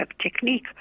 technique